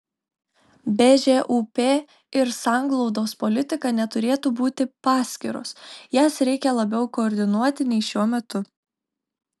bžūp ir sanglaudos politika neturėtų būti paskiros jas reikia labiau koordinuoti nei šiuo metu